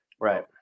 Right